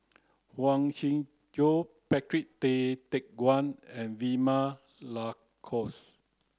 Huang Shiqi Joan Patrick Tay Teck Guan and Vilma Laus